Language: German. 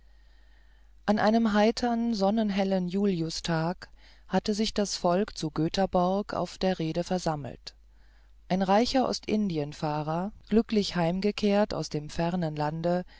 an einem heitern sonnenhellen juliustage hatte sich alles volk zu göthaborg auf der reede versammelt ein reicher ostindienfahrer glücklich heimgekehrt aus dem fernen lande